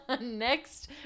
next